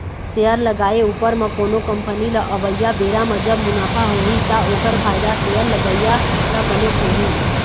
share लगाए उपर म कोनो कंपनी ल अवइया बेरा म जब मुनाफा होही ता ओखर फायदा शेयर लगइया ल घलोक होही